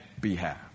behalf